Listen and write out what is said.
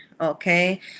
okay